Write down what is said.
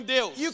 Deus